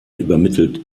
übermittelt